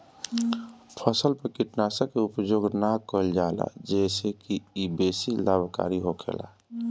फसल में कीटनाशक के उपयोग ना कईल जाला जेसे की इ बेसी लाभकारी होखेला